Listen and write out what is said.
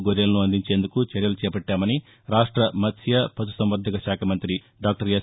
గౌరెలను అందించేందుకు చర్యలు చేపట్టామని రాష్ట మత్స్త పశునంవర్దకశాఖ మంత్రి డాక్టర్ ఎస్